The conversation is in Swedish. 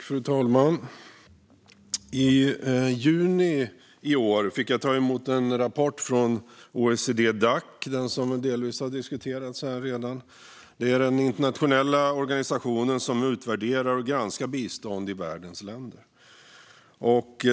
Fru talman! I juni i år fick jag ta emot en rapport från OECD-Dac, som delvis har diskuterats här redan. Det är den internationella organisationen som utvärderar och granskar bistånd i världens länder.